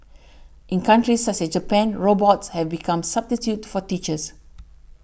in countries such as Japan robots have become substitutes for teachers